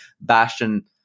bastion